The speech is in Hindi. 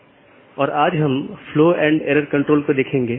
बस एक स्लाइड में ऑटॉनमस सिस्टम को देख लेते हैं